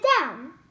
down